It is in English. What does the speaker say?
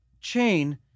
chain